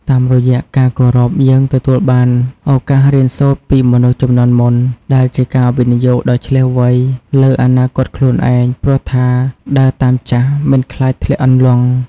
តាមរយៈការគោរព យើងទទួលបានឱកាសរៀនសូត្រពីមនុស្សជំនាន់មុន ដែលជាការវិនិយោគដ៏ឈ្លាសវៃលើអនាគតខ្លួនឯង ព្រោះថា "ដើរតាមចាស់ មិនខ្លាចធ្លាក់អន្លង់"។